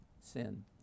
sin